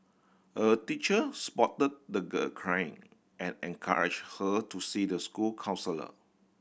a teacher spotted the girl crying and encouraged her to see the school counsellor